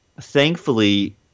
thankfully